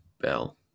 Bell